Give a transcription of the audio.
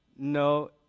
No